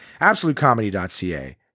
absolutecomedy.ca